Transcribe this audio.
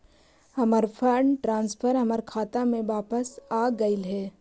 हमर fund transfer हमर खाता में वापस आगईल हे